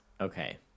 Okay